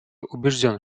убежден